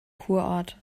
kurort